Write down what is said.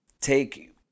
take